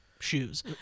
shoes